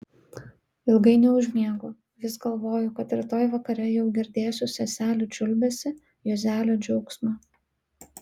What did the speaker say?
ilgai neužmiegu vis galvoju kad rytoj vakare jau girdėsiu seselių čiulbesį juozelio džiaugsmą